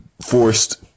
forced